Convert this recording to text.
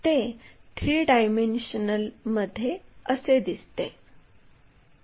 ते 3 डायमेन्शनमध्ये असे दिसते